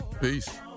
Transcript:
peace